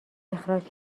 اخراج